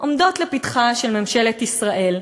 עומדות לפתחה של ממשלת ישראל.